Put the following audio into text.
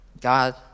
God